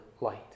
light